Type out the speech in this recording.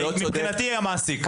מבחינתי היא המעסיק.